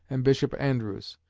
and bishop andrewes.